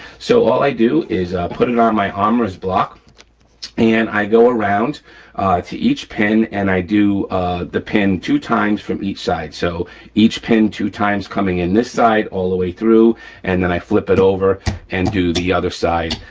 so all i do is put it on my armor's block and i go around to each pin and i do the pin two times from each side. so each pin two times coming in this side all the way through and then i flip it over and do the other side,